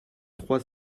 trois